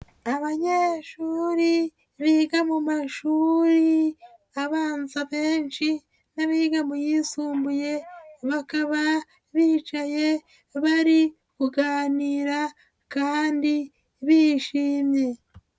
Abanyeshuri biga mu mashuri abanza benshi n'abiga mu yisumbuye, bakaba bicaye bari kuganira kandi bishimye.